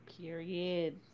Period